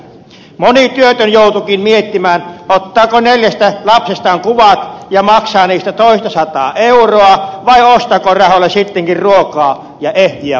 moni työtön joutuukin miettimään ottaako neljästä lapsestaan kuvat ja maksaa niistä toistasataa euroa vai ostaako rahoilla sittenkin ruokaa ja ehjiä vaatteita